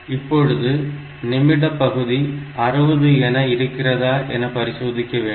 இப்பொழுது நிமிட பகுதி 60 என இருக்கிறதா என பரிசோதிக்க வேண்டும்